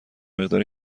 مقدار